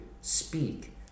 speak